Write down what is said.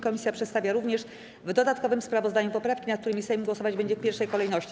Komisja przedstawia również w dodatkowym sprawozdaniu poprawki, nad którymi Sejm głosować będzie w pierwszej kolejności.